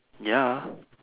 ya